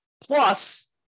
Plus